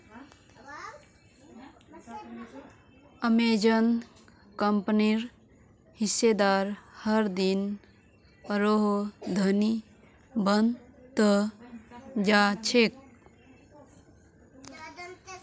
Amazon कंपनीर हिस्सेदार हरदिन आरोह धनी बन त जा छेक